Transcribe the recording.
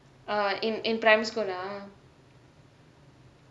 err in in primary school ah